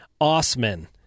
Osman